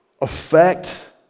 affect